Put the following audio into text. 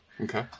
okay